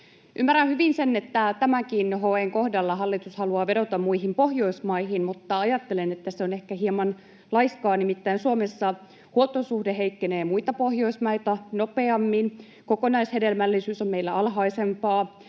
Ymmärrän hyvin sen, että tämänkin HE:n kohdalla hallitus haluaa vedota muihin Pohjoismaihin, mutta ajattelen, että se on ehkä hieman laiskaa — nimittäin Suomessa huoltosuhde heikkenee muita Pohjoismaita nopeammin, kokonaishedelmällisyys on meillä alhaisempaa,